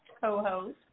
co-host